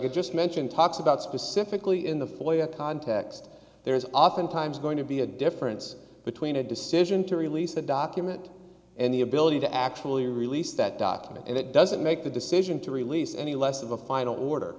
could just mention talks about specifically in the foyer context there is oftentimes going to be a difference between a decision to release the document and the ability to actually release that document and it doesn't make the decision to release any less of a final order